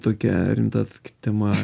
tokia rimta tokia tema